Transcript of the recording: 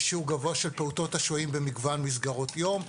שיעור גבוה של פעוטות השוהים במגוון מסגרות יום.